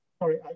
Sorry